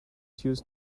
used